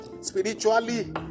spiritually